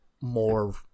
more